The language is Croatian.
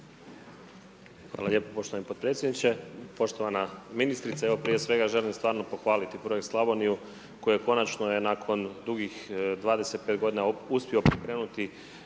Hvala lijepo poštovani potpredsjednike, poštovana ministrice, evo prije svega želim stvarno pohvaliti projekt Slavoniju koja konačno je nakon dugih 25 godina uspio pokrenuti